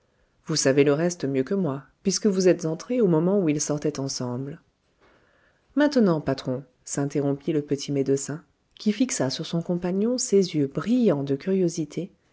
vous savez le reste mieux que moi puisque vous êtes entré au moment où ils sortaient ensemble maintenant patron s'interrompit le petit médecin qui fixa sur son compagnon ses yeux brillants de curiosité